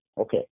Okay